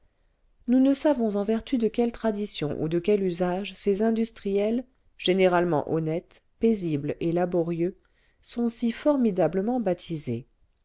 nous ne savons en vertu de quelle tradition ou de quel usage ces industriels généralement honnêtes paisibles et laborieux sont si formidablement baptisés